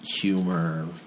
humor